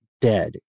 dead